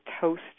toast